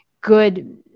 good